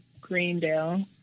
Greendale